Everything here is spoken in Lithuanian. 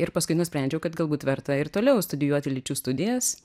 ir paskui nusprendžiau kad galbūt verta ir toliau studijuoti lyčių studijas